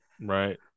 right